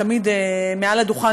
תמיד מעל הדוכן.